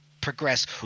progress